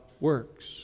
works